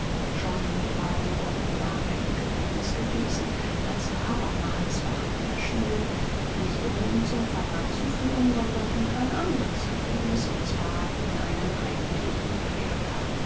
schon drei wochen war er im gefängnis gewesen als abermals wachen erschienen nicht um ihn zum verhör zu führen sondern in ein anderes gefängnis und zwar in einen eigentlichen kerker